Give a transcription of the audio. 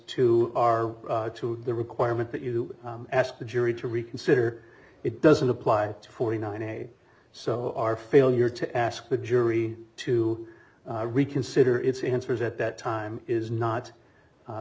to our to the requirement that you ask the jury to reconsider it doesn't apply to forty nine a so our failure to ask the jury to reconsider its answers at that time is not